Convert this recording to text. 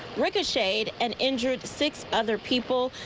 ricocheted, and injured six other people.